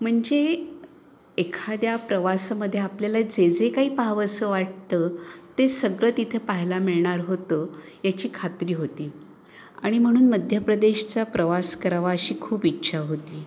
म्हणजे एखाद्या प्रवासमध्ये आपल्याला जे जे काही पाहावसं वाटतं ते सगळं तिथे पाहायला मिळणार होतं याची खात्री होती आणि म्हणून मध्यप्रदेशचा प्रवास करावा अशी खूप इच्छा होती